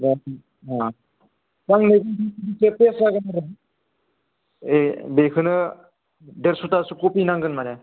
दे अ आंनो देरस'थासो पेज जागोन होनदों ए बेखौनो देरस'थासो कपि नांगोन माने